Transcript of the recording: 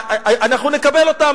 אנחנו נקבל אותם,